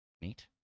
Neat